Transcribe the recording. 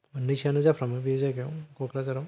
मोननैसोआनो जाफ्रामो बे जायगायाव क'क्राझाराव